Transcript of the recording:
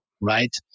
right